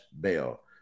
bail